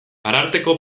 ararteko